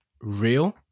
real